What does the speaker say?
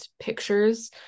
pictures